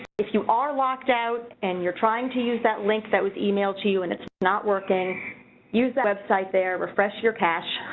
if you are locked out and you're trying to use that link that was emailed to you and it's not working use that website there refresh your cache.